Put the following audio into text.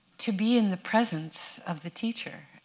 to be in the presence of the teacher,